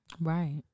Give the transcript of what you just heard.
Right